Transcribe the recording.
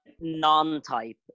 non-type